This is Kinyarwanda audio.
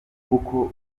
kuko